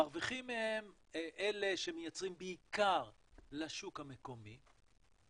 מרוויחים מהם אלה שמייצרים בעיקר לשוק המקומי,